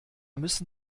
müssen